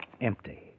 Empty